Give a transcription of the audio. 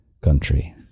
country